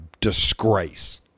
disgrace